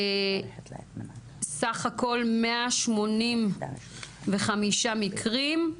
סך הכול 185 מקרים,